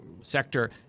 sector